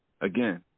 Again